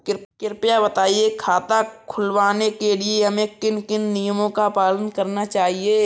कृपया बताएँ खाता खुलवाने के लिए हमें किन किन नियमों का पालन करना चाहिए?